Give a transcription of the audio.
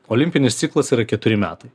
olimpinis ciklas yra keturi metai